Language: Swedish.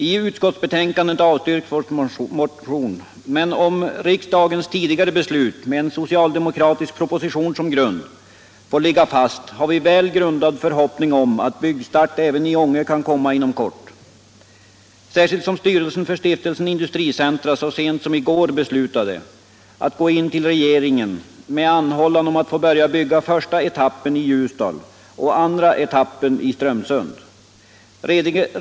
I utskottsbetänkandet avstyrks vår motion, men om riksdagens tidigare beslut med en socialdemokratisk proposition som grund får ligga fast har vi en väl grundad förhoppning om att byggstart även i Ånge kan komma inom kort — särskilt som styrelsen för Stiftelsen Industricentra så sent som i går beslutade att gå in till regeringen med en anhållan om att få börja bygga första etappen i Ljusdal och andra etappen i Strömsund.